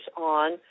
on